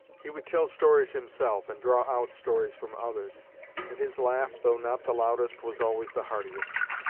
he would tell stories himself, and draw out stories from others and his laugh, though not the loudest, was always the heartiest.